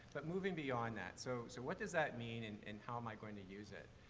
but moving beyond that, so, so what does that mean an and how am i going to use it?